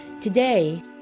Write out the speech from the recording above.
Today